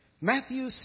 Matthew